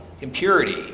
impurity